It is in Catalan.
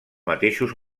mateixos